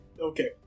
Okay